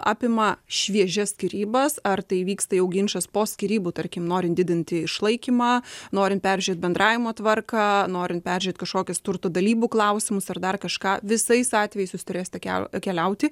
apima šviežias skyrybas ar tai įvyksta jau ginčas po skyrybų tarkim norint didinti išlaikymą norint peržiūrėt bendravimo tvarką norint peržiūrėt kažkokius turto dalybų klausimus ar dar kažką visais atvejais jūs turėsite kiau keliauti